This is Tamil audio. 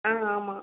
ஆ ஆமாம்